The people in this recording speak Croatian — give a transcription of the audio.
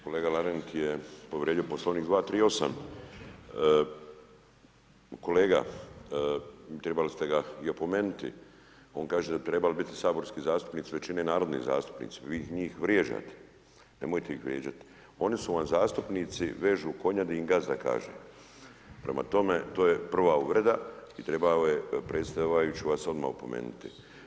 Kolega Lenart je povrijedio Poslovnik 238., kolega trebali ste ga i opomenuti, on kaže da bi trebali bit saborski zastupnici većine narodni zastupnici, vi njih vrijeđate, nemojte ih vrijeđat, oni su vam zastupnici vežu konja gdi im gazda kaže, prema tome, to je prva uvreda i trebao je… [[Govornik se ne razumije]] odmah opomenuti.